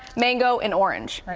mango, and orange.